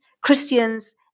Christians